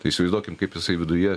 tai įsivaizduokim kaip jisai viduje